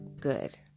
good